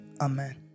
Amen